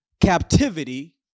captivity